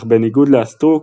אך בניגוד לאסטרוק,